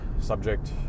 subject